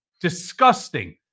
disgusting